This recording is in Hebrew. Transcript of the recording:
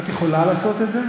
את יכולה לעשות את זה?